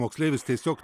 moksleivis tiesiog